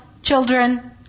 children